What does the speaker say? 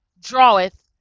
draweth